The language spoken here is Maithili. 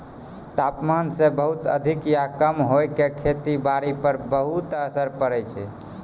तापमान के बहुत अधिक या कम होय के खेती बारी पर बहुत असर होय छै